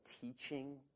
teaching